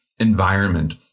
environment